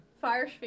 Fire